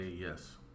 yes